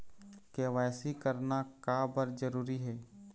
KYC करना का बर जरूरी हे?